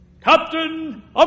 Captain